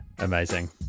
amazing